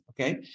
Okay